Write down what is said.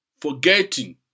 Forgetting